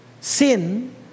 sin